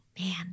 Man